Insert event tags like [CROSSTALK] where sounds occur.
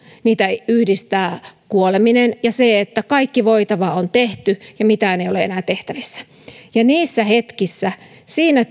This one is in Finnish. niitä yhdistää kuoleminen ja se että kaikki voitava on tehty ja mitään ei ole enää tehtävissä niissä hetkissä siinä [UNINTELLIGIBLE]